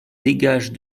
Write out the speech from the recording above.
dégage